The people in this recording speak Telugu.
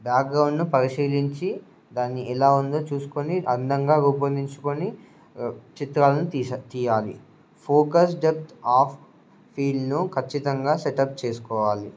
బ్యాక్గ్రౌండ్ను పరిశీలించి దాన్ని ఎలా ఉందో చూసుకొని అందంగా రూపొందించుకొని చిత్రాలను తీస తీయాలి ఫోకస్ డెప్త్ ఆఫ్ ఫీల్డ్ను ఖచ్చితంగా సెటప్ చేసుకోవాలి